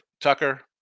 Tucker